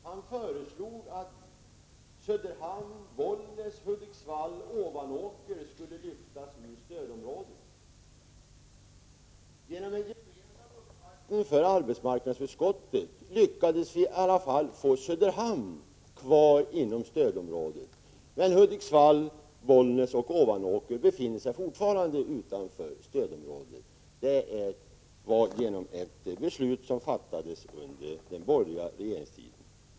Han föreslog att Söderhamn, Bollnäs, Hudiksvall och Ovanåker skulle avföras från stödområdet. Genom en gemensam uppvaktning inom arbetsmarknadsutskottet lyckades vi i alla fall få Söderhamn att bli kvar inom stödområdet. Hudiksvall, Bollnäs och Ovanåker befinner sig fortfarande utanför stödområdet på grund av ett beslut fattat under den borgerliga regeringstiden.